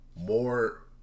more